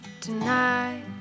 Tonight